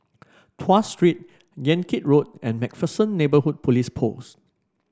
Tuas Street Yan Kit Road and MacPherson Neighbourhood Police Post